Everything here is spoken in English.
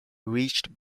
reached